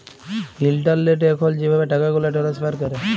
ইলটারলেটে এখল যেভাবে টাকাগুলা টেলেস্ফার ক্যরে